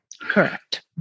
Correct